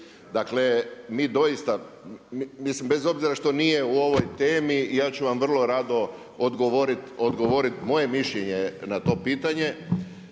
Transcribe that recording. Dakle mi doista, bez obzira što nije u ovoj temi ja ću vam vrlo rado odgovoriti moje mišljenje na to pitanje.